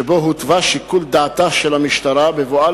שבו הותווה שיקול דעתה של המשטרה בבואה